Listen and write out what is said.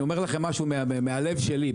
אני אומר לכם משהו מהלב שלי.